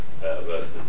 versus